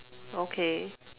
okay